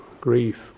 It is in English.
grief